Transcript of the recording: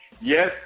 Yes